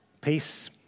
Peace